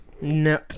No